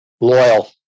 Loyal